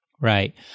Right